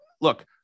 look